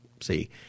See